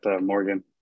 Morgan